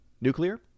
Nuclear